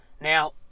Now